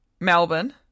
Melbourne